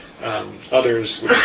Others